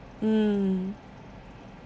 mm